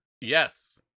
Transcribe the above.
Yes